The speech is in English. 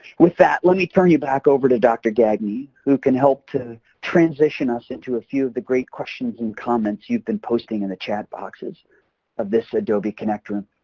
with that let me turn you back over to dr. gagne, who can help to transition us into a few of the great questions and comments you've been posting in the chat boxes of this adobe connect room.